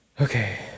Okay